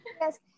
yes